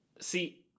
See